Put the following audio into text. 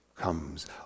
comes